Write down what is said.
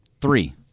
Three